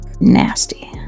Nasty